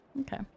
Okay